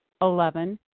Eleven